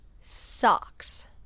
Socks